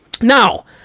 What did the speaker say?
Now